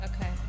Okay